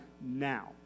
now